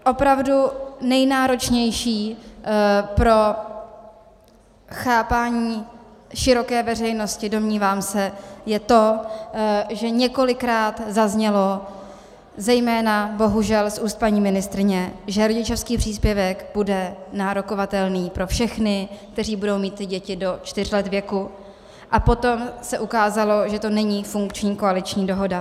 Opravdu nejnáročnější pro chápání široké veřejnosti, domnívám se, je to, že několikrát zaznělo zejména bohužel z úst paní ministryně, že rodičovský příspěvek bude nárokovatelný pro všechny, kteří budou mít děti do čtyř let věku, a potom se ukázalo, že to není funkční koaliční dohoda.